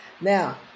Now